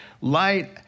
light